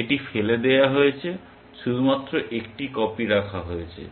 এটি ফেলে দেওয়া হয়েছে শুধুমাত্র একটি কপি রাখা হয়েছে